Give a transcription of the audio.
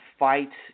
fight